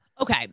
Okay